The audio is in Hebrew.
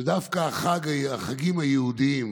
שדווקא החגים היהודיים,